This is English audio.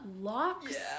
locks